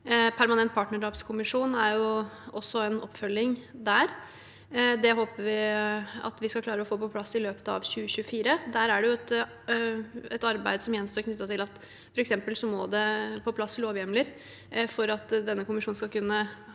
Permanent partnerdrapskommisjon er også en oppfølging der. Det håper vi at vi skal klare å få på plass i løpet av 2024. Der er det et arbeid som gjenstår, knyttet til at det f.eks. må på plass lovhjemler for at denne kommisjonen skal kunne